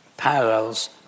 parallels